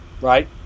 Right